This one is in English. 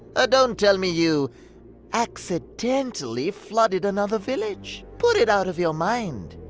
ah don't tell me you accidentally flooded another village. put it out of your mind.